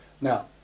Now